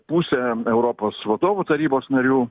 pusę europos vadovų tarybos narių